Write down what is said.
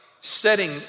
setting